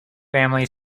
family